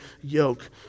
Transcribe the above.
yoke